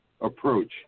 approach